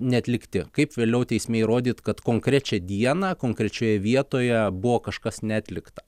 neatlikti kaip vėliau teisme įrodyt kad konkrečią dieną konkrečioje vietoje buvo kažkas neatlikta